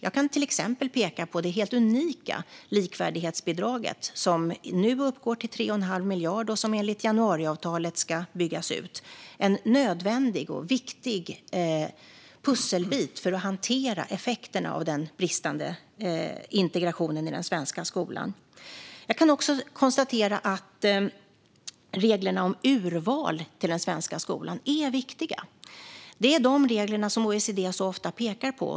Jag kan till exempel peka på det helt unika likvärdighetsbidraget, som nu uppgår till 3 1⁄2 miljard och som enligt januariavtalet ska byggas ut. Det är en nödvändig och viktig pusselbit för att hantera effekterna av den bristande integrationen i den svenska skolan. Jag kan också konstatera att reglerna om urval till den svenska skolan är viktiga. Det är de regler som OECD ofta pekar på.